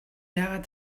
яагаад